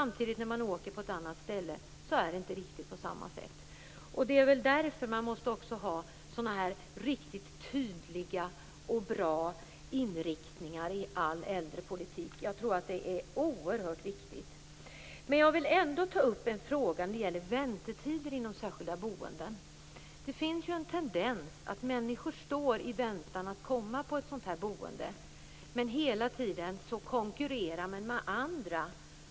Men när man kommer till andra ställen är det inte riktigt på samma sätt. Det är därför som det är så viktigt ha riktigt tydliga och bra inriktningar i all äldrepolitik. Jag vill ta upp en fråga som gäller väntetider inom särskilda boenden. Det finns en tendens att människor får vänta för att komma till särskilt boende men hela tiden får konkurrera med andra.